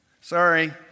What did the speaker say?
Sorry